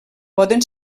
poden